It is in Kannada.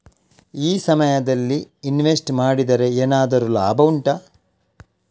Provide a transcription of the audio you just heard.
ಈ ಸಮಯದಲ್ಲಿ ಇನ್ವೆಸ್ಟ್ ಮಾಡಿದರೆ ಏನಾದರೂ ಲಾಭ ಉಂಟಾ